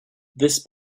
this